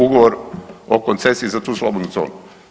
Ugovor o koncesiji za tu slobodnu zonu.